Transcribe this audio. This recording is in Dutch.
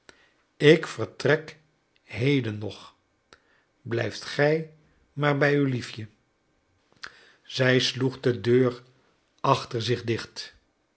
ik vertrek heden nog blijf gij maar bij uw liefje zij sloeg de deur achter zich dicht